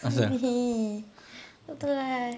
speedy tak tahu lah